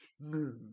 mood